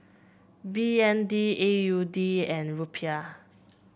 B N D A U D and Rupiah